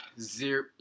Zero